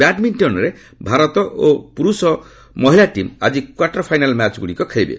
ବ୍ୟାଡ୍ମିଷ୍ଟନ୍ରେ ଭାରତ ଓ ପୁରୁଷ ଓ ମହିଳା ଟିମ୍ ଆଜି କ୍ୱାର୍ଟର ଫାଇନାଲ୍ ମ୍ୟାଚ୍ଗୁଡ଼ିକ ଖେଳିବେ